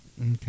Okay